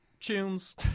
tunes